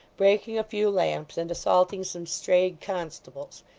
breaking a few lamps, and assaulting some stray constables.